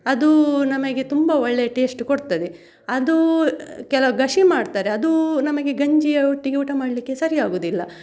ಅದು ನಮಗೆ ತುಂಬಾ ಒಳ್ಳೆ ಟೇಸ್ಟ್ ಕೊಡ್ತದೆ ಅದು ಕೆಲವು ಗಸಿ ಮಾಡ್ತಾರೆ ಅದು ನಮಗೆ ಗಂಜಿಯ ಒಟ್ಟಿಗೆ ಊಟ ಮಾಡಲಿಕ್ಕೆ ಸರಿಯಾಗೋದಿಲ್ಲ